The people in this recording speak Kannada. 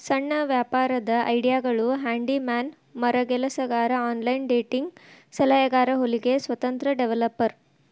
ಸಣ್ಣ ವ್ಯಾಪಾರದ್ ಐಡಿಯಾಗಳು ಹ್ಯಾಂಡಿ ಮ್ಯಾನ್ ಮರಗೆಲಸಗಾರ ಆನ್ಲೈನ್ ಡೇಟಿಂಗ್ ಸಲಹೆಗಾರ ಹೊಲಿಗೆ ಸ್ವತಂತ್ರ ಡೆವೆಲಪರ್